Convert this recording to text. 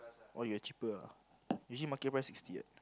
oh you're cheaper ah usually market price sixty what